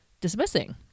dismissing